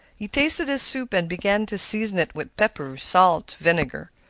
he tasted his soup and began to season it with pepper, salt, vinegar,